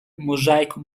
mosaico